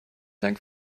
dank